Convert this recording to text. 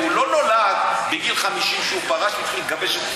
הרי הוא לא נולד בגיל 50, מונולוג.